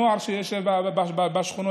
הנוער שיושב בשכונות,